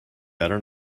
better